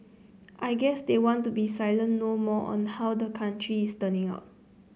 I guess they want to be silent no more on how the country is turning out